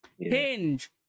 hinge